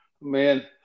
Man